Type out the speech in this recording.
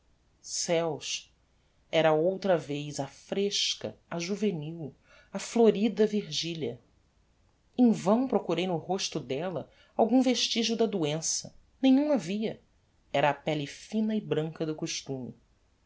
ceus era outra vez a fresca a juvenil a florida virgilia em vão procurei no rosto delia algum vestigio da doença nenhum havia era a pelle fina e branca do costume